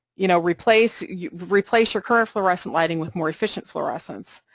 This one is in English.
you know, replace your replace your current fluorescent lighting with more efficient fluorescents,